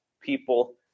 people